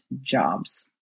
jobs